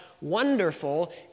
wonderful